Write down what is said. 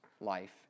life